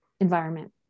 environment